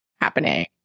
happening